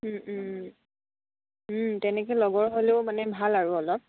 তেনেকে লগৰ হ'লেও মানে ভাল আৰু অলপ